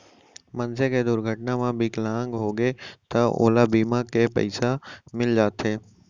मनसे के दुरघटना म बिकलांग होगे त ओला बीमा के पइसा मिल जाथे